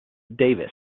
davis